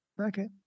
Okay